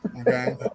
Okay